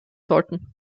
sollten